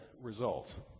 results